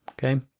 okay,